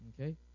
Okay